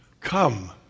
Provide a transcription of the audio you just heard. Come